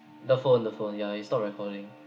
the phone the phone ya it stopped recording